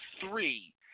three